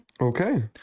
Okay